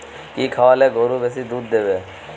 কি খাওয়ালে গরু বেশি দুধ দেবে?